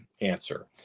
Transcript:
answer